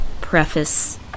preface